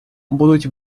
будуть